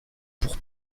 pour